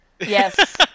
Yes